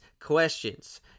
questions